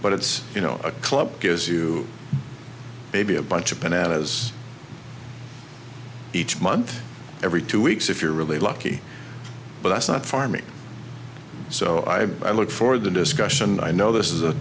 but it's you know a club gives you maybe a bunch of bananas each month every two weeks if you're really lucky but that's not farming so i buy look for the discussion and i know this is a